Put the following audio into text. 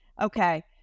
Okay